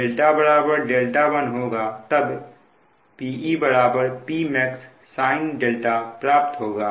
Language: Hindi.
मतलब जब δ δ1 होगा तब Pe Pmax sin प्राप्त होगा